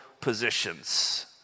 positions